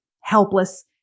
helpless